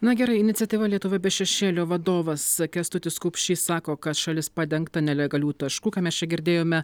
na gerai iniciatyva lietuva be šešėlio vadovas kęstutis kupšys sako kad šalis padengta nelegalių taškų ką mes čia girdėjome